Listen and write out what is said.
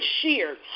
sheared